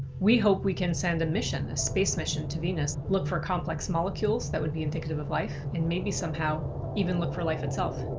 we hope we can send a mission, a space mission to venus, look for complex molecules that would be indicative of life, and maybe somehow even look for life itself.